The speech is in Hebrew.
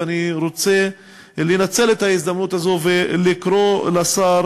ואני רוצה לנצל את ההזדמנות הזו ולקרוא לשר